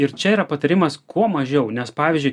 ir čia yra patarimas kuo mažiau nes pavyzdžiui